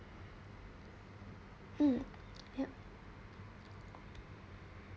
mm yup